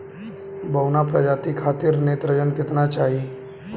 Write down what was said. बौना प्रजाति खातिर नेत्रजन केतना चाही?